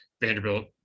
vanderbilt